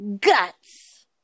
guts